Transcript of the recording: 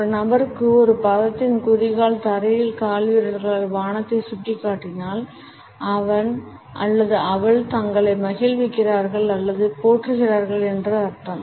ஒரு நபருக்கு ஒரு பாதத்தின் குதிகால் தரையில் கால்விரல்களால் வானத்தை சுட்டிக்காட்டினால் அவன் அல்லது அவள் தங்களை மகிழ்விக்கிறார்கள் அல்லது போற்றுகிறார்கள் என்று அர்த்தம்